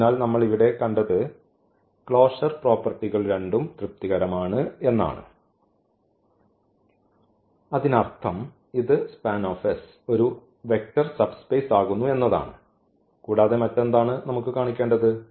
അതിനാൽ നമ്മൾ ഇവിടെ കണ്ടത് ക്ലോഷർ പ്രോപ്പർട്ടികൾ തൃപ്തികരമാണ് എന്നാണ് അതിനർത്ഥം ഇത് SPAN ഒരു വെക്റ്റർ സബ്സ്പേസ് ആകുന്നു എന്നതാണ് കൂടാതെ മറ്റെന്താണ് നമ്മൾ കാണിക്കേണ്ടത്